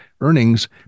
earnings